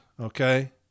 Okay